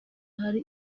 hari